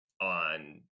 on